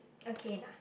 okay ah